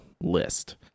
list